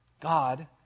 God